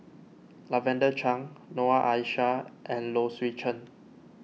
Lavender Chang Noor Aishah and Low Swee Chen